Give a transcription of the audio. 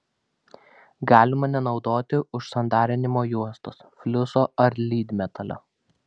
galima nenaudoti užsandarinimo juostos fliuso ar lydmetalio